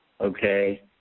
Okay